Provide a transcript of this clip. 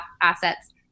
assets